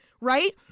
right